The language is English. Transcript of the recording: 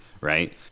right